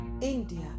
India